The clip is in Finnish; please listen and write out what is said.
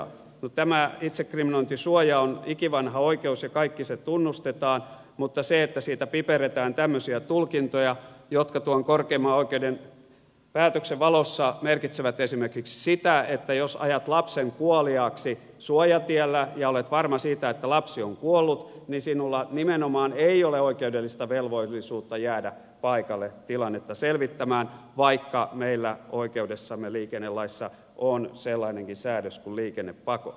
no tämä itsekriminointisuoja on ikivanha oikeus ja kaikki sen tunnustamme mutta siitä piperretään tämmöisiä tulkintoja jotka tuon korkeimman oikeuden päätöksen valossa merkitsevät esimerkiksi sitä että jos ajat lapsen kuoliaaksi suojatiellä ja olet varma siitä että lapsi on kuollut niin sinulla nimenomaan ei ole oikeudellista velvollisuutta jäädä paikalle tilannetta selvittämään vaikka meillä oikeudessamme liikennelaissa on sellainenkin säädös kuin liikennepako